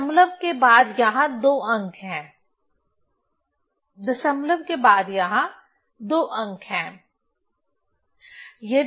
दशमलव के बाद यहां दो अंक हैं दशमलव के बाद यहां दो अंक हैं